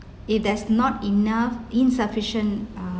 if there's not enough insufficient uh